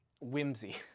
whimsy